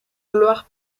gloire